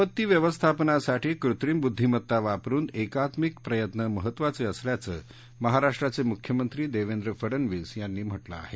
आपत्ती व्यवस्थापनासाठी कृत्रिम बुद्धीमत्ता वापरुन एकात्मिक प्रयत्न महात्वाचे असल्याचं महाराष्ट्राचे मुख्यमंत्री देवेंद्र फडनवीस यांनी म्हटल आहेत